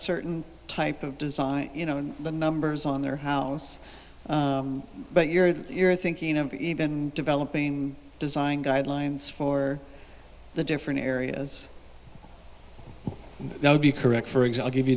certain type of design you know and the numbers on their house but you're you're thinking of even developing design guidelines for the different areas now would be correct for example give you